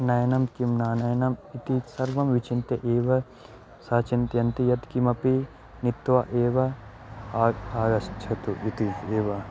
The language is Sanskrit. नयनं किं न नयनम् इति सर्वं विचिन्त्य एव सः चिन्तयन्ति यत्किमपि नीत्वा एव आ आगच्छतु इति एव